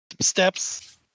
steps